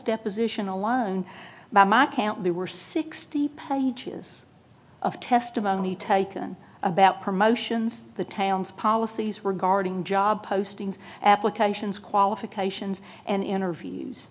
deposition alone by my count there were sixty pages of testimony taken about promotions the town's policies regarding job postings applications qualifications and interviews